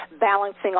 balancing